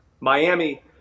Miami